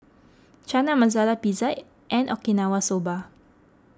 Chana Masala Pizza and Okinawa Soba